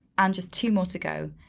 and just two more to go.